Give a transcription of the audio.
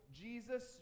Jesus